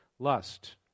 Lust